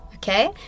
Okay